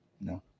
No